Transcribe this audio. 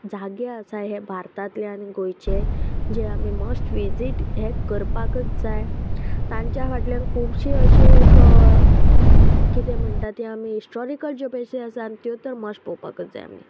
जागे आसा हे भारतांतले आनी गोंयचे जे आमी मस्ट विजीट हे करपाकच जाय तांच्या फाटल्यान खुबशी अशी एक कितें म्हणटा त्यो आमी हिस्टॉरीकल ज्यो बेशे आसा त्यो तर मस्ट पोवपाकच जाय आमी